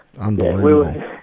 Unbelievable